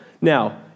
Now